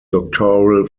doctoral